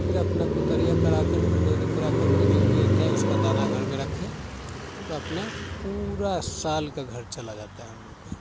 फिर अपना कुतरिया करा करके दोनी करा करके जो भी होता है उसका दाना घर में रखें अपना पूरा साल का घर चला जाता है हम लोग का